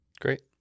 Great